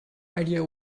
idea